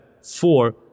four